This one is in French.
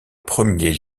premier